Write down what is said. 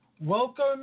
Welcome